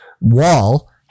wall